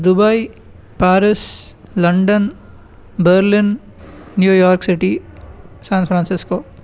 Dubai Paris London Berlin New York city San Francisco